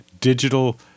digital